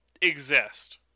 exist